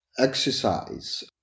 exercise